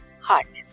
hardness